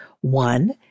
One